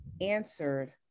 answered